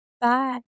Bye